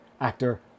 actor